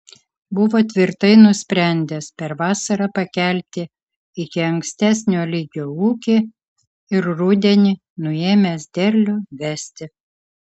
buvo tvirtai nusprendęs per vasarą pakelti iki ankstesnio lygio ūkį ir rudenį nuėmęs derlių vesti